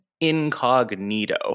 incognito